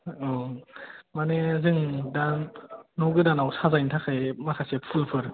अ माने जों दा न' गोदानाव साजायनो थाखाय माखासे फुलफोर